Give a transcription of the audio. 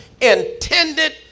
intended